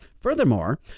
furthermore